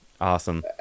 Awesome